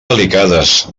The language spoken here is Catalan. delicades